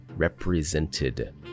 represented